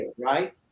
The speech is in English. right